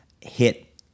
hit